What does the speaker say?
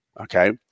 okay